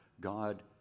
God